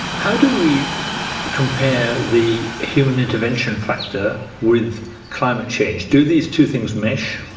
how do we compare the human intervention factor with climate change? do these two things mesh?